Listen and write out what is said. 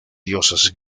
dioses